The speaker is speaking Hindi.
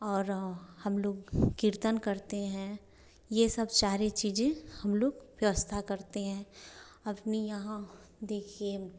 और हम लोग कीर्तन करते हैं ये सब सारी चीज़ें हम लोग व्यवस्था करते हैं अपने यहाँ देखिये